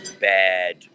bad